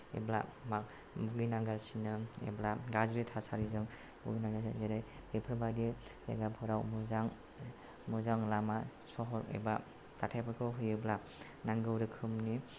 एबा मा भुगिनांगासिनो एबा गाज्रि थासारिजों भुगिनांगासिनो जेरै बेफोरबादि जायगाफोराव मोजां मोजां लामा सहर एबा दाथायफोरखौ होयोब्ला नांगौ रोखोमनि